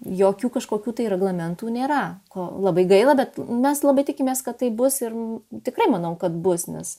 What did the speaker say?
jokių kažkokių tai reglamentų nėra ko labai gaila bet mes labai tikimės kad taip bus ir tikrai manau kad bus nes